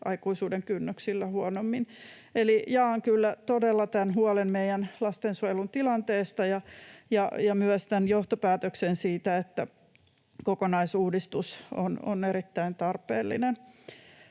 aikuisuuden kynnyksellä huonommin. Eli jaan kyllä todella huolen meidän lastensuojelun tilanteesta ja myös johtopäätöksen siitä, että kokonaisuudistus on erittäin tarpeellinen.